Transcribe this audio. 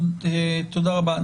תודה רבה.